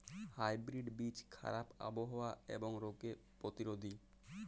hybrid বীজ খারাপ আবহাওয়া এবং রোগে প্রতিরোধী